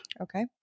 Okay